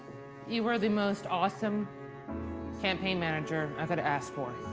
you are the most awesome campaign manager i could ask for.